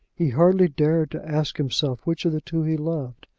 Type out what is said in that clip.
he hardly dared to ask himself which of the two he loved.